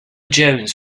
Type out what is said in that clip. jones